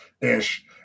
ish